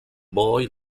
boys